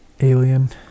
alien